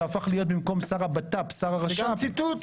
שהפך להיות במקום שר הבט"פ שר הרש"פ --- זה גם ציטוט?